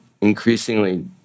increasingly